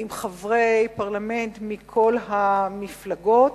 עם חברי פרלמנט מכל המפלגות,